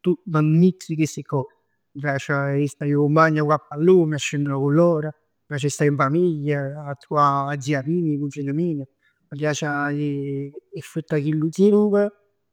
tutt, nu mix 'e sti cos. M' piace 'e sta cu 'e cumpagn e jucà a pallone, a scennere cu loro. M' piace a sta in famiglia, a truvà a zia Pina, 'e cugin mij. Mi piace 'e sfruttà chillu tiemp